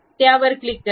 त्यावर क्लिक करा